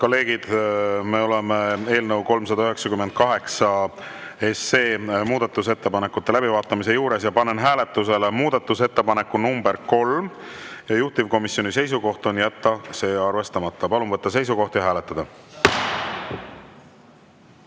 kolleegid, oleme eelnõu 398 muudatusettepanekute läbivaatamise juures. Panen hääletusele muudatusettepaneku nr 3. Juhtivkomisjoni seisukoht on jätta see arvestamata. Palun võtta seisukoht ja hääletada!